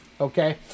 Okay